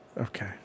Okay